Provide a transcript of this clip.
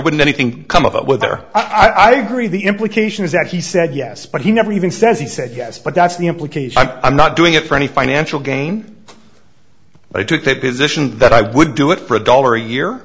wouldn't anything come of it with her i agree the implication is that he said yes but he never even says he said yes but that's the implication i'm not doing it for any financial gain but i took the position that i would do it for a dollar a year